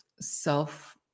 self